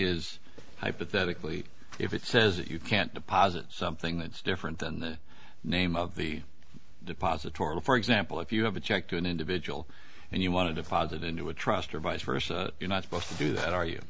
is hypothetically if it says you can't deposit something that's different than the name of the depository for example if you have a check to an individual and you wanted to follow that into a trust or vice versa you're not supposed to do that are you